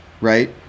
right